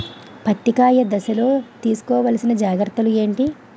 పత్తి కాయ దశ లొ తీసుకోవల్సిన జాగ్రత్తలు ఏంటి?